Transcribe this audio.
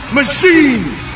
machines